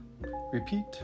repeat